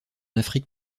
afrique